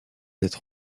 être